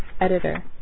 Editor